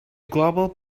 global